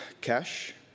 cash